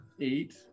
eight